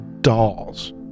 dolls